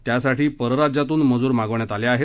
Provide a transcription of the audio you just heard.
त्यासाठी परराज्यातून मजूर मागविण्यात आले आहेत